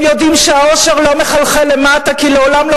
הם יודעים שהעושר לא מחלחל למטה כי לעולם לא